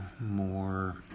more